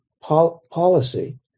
policy